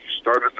started